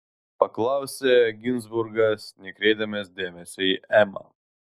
paklausė ginzburgas nekreipdamas dėmesio į emą